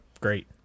great